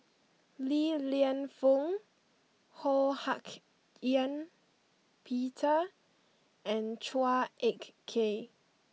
Li Lienfung Ho Hak Ean Peter and Chua Ek Kay